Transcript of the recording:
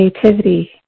creativity